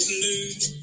blue